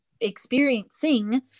experiencing